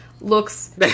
looks